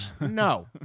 No